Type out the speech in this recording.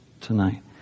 tonight